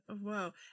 whoa